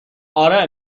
آره